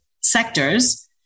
sectors